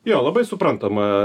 jo labai suprantama